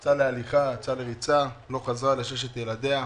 היא יצאה להליכה וריצה ולא חזרה לששת ילדיה.